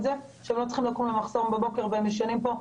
זה שהם לא צריכים לקום למחסום בבוקר והם ישנים פה,